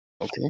Okay